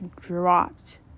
dropped